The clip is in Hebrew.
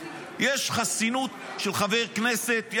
יש חסינות של חבר כנסת,